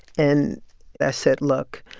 and i said, look